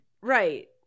Right